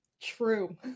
True